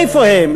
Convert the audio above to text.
איפה הם?